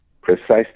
precisely